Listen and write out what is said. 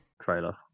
trailer